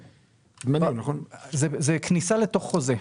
זאת כניסה לתוך חוזה.